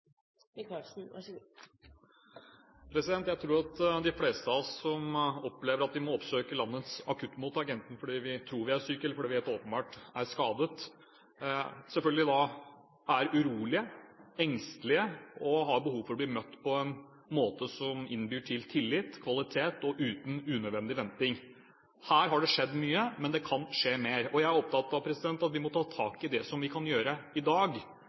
Jeg tror de fleste av oss som opplever å måtte oppsøke landets akuttmottak fordi vi tror vi er syke, eller fordi vi åpenbart er skadet, selvfølgelig er urolige – engstelige – og har behov for å bli møtt på en måte som innbyr til tillit, kvalitet og uten unødvendig venting. Her har det skjedd mye, men det kan skje mer. Jeg er opptatt av at vi må ta tak i det som vi kan gjøre i dag,